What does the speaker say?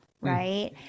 right